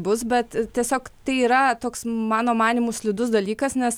bus bet tiesiog tai yra toks mano manymu slidus dalykas nes